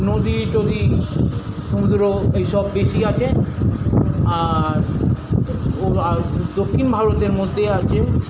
নদী টদী সমুদ্র এই সব বেশি আছে আর তো আর দক্ষিণ ভারতের মধ্যে আছে